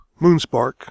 Moonspark